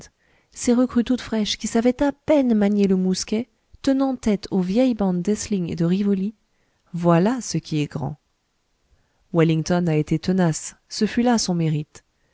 ces recrues toutes fraîches qui savaient à peine manier le mousquet tenant tête aux vieilles bandes d'essling et de rivoli voilà ce qui est grand wellington a été tenace ce fut là son mérite